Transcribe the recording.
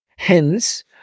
Hence